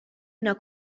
una